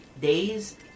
days